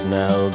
now